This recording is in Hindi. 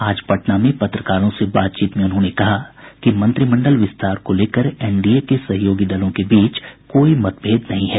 आज पटना में पत्रकारों से बातचीत में उन्होंने कहा कि मंत्रिमंडल विस्तार को लेकर एनडीए के सहयोगी दलों के बीच कोई विवाद नहीं है